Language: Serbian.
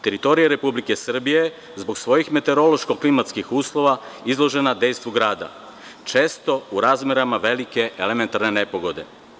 Teritorija Republike Srbije, zbog svojih meteorološko-klimatskih uslova, izložena je dejstvu grada, često u razmerama velike elementarne nepogode.